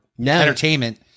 entertainment